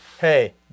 Hey